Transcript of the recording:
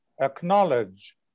acknowledge